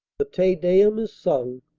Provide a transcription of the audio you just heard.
the te deum is sung,